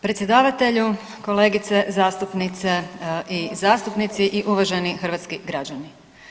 Predsjedavatelju, kolegice zastupnice i zastupnici i uvaženi hrvatski građani.